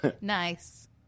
Nice